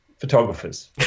photographers